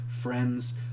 friends